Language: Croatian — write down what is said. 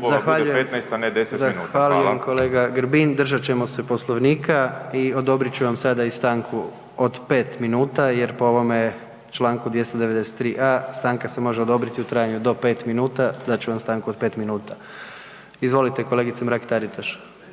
Gordan (HDZ)** Zahvaljujem kolega Grbin. Držat ćemo se Poslovnika i odobrit ću vam sada i stanku od 5 minuta jer po ovome čl. 293.a stanka se može odobriti u trajanju do 5 minuta. Dat ću vam stanku od 5 minuta. Izvolite kolegice Mrak-Taritaš.